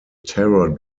terror